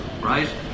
right